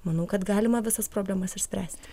manau kad galima visas problemas išspręsti